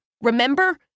remember